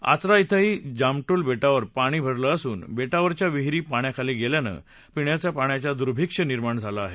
आचरा इथंही जामडूल बेटावर पाणी भरलं असून बेटावरच्या विहिरी पाण्याखाली गेल्यानं पिण्याच्या पाण्याचं दुर्भिक्ष्य निर्माण झालं आहे